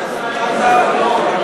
ההצעה היא מכלול.